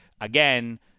again